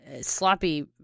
sloppy